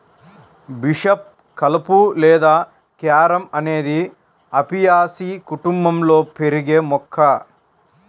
bishop కలుపు లేదా carom అనేది అపియాసి కుటుంబంలో పెరిగే మొక్క